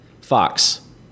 fox